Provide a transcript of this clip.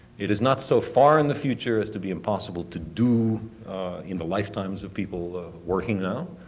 it is not so far in the future as to be impossible to do in the lifetimes of people working now.